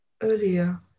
earlier